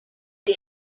die